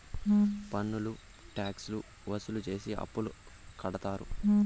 పన్నులు ట్యాక్స్ లు వసూలు చేసి అప్పులు కడతారు